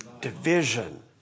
Division